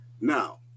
Now